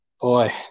Boy